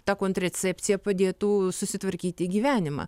ta kontracepcija padėtų susitvarkyti gyvenimą